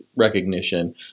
recognition